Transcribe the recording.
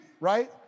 right